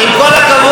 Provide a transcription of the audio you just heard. עם כל הכבוד,